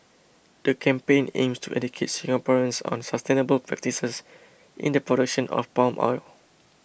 the campaign aims to educate Singaporeans on sustainable practices in the production of palm oil